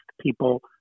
people